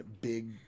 big